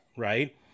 Right